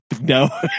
no